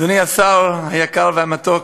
אדוני השר, היקר והמתוק,